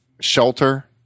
shelter